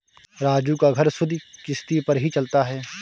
राजू का घर सुधि किश्ती पर ही चलता है